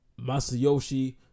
Masayoshi